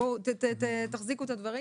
הוא לא מכשיר בעצמו.